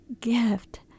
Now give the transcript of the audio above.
gift